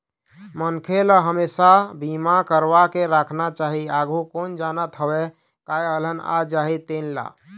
मनखे ल हमेसा बीमा करवा के राखना चाही, आघु कोन जानत हवय काय अलहन आ जाही तेन ला